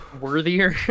Worthier